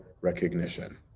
recognition